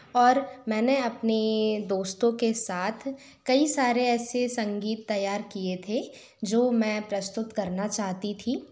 और मैंने अपने दोस्तों के साथ कई सारे ऐसे संगीत तैयार किए थे जो मैं प्रस्तुत करना चाहती थी